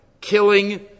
killing